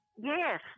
Yes